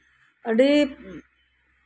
ᱟᱹᱰᱤ